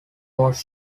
was